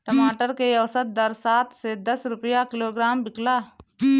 टमाटर के औसत दर सात से दस रुपया किलोग्राम बिकला?